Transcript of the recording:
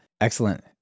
excellent